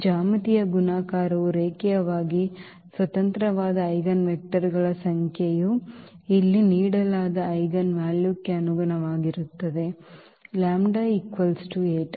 ಜ್ಯಾಮಿತೀಯ ಗುಣಾಕಾರವು ರೇಖೀಯವಾಗಿ ಸ್ವತಂತ್ರವಾದ ಐಜೆನ್ವೆಕ್ಟರ್ಗಳ ಸಂಖ್ಯೆಯು ಇಲ್ಲಿ ನೀಡಲಾದ ಐಜೆನ್ ವ್ಯಾಲ್ಯೂಕ್ಕೆ ಅನುಗುಣವಾಗಿರುತ್ತದೆ λ 8